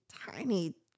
tiny